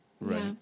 Right